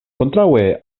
kontraŭe